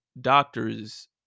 doctors